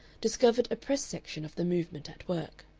discovered a press section of the movement at work.